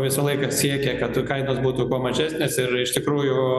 visą laiką siekė kad kainos būtų kuo mažesnės ir iš tikrųjų